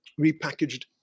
repackaged